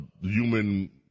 human